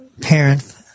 parent